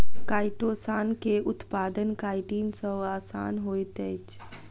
chitosan के उत्पादन chitin सॅ आसान होइत अछि